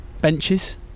benches